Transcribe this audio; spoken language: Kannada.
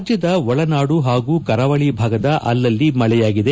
ರಾಜ್ಡದ ಒಳನಾಡು ಹಾಗೂ ಕರಾವಳಿ ಭಾಗದ ಅಲಲ್ಲಿ ಮಳೆಯಾಗಿದೆ